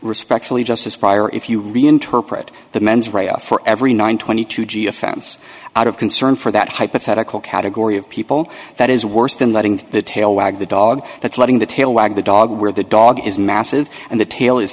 respectfully just as fire if you reinterpret the mens rea for every nine twenty two g offense out of concern for that hypothetical category of people that is worse than letting the tail wag the dog that's letting the tail wag the dog where the dog is massive and the tail is